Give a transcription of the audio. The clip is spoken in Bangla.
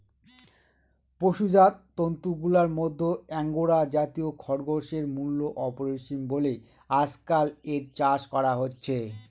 পশুজাত তন্তুগুলার মধ্যে আঙ্গোরা জাতীয় খরগোশের মূল্য অপরিসীম বলে আজকাল এর চাষ করা হচ্ছে